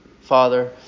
Father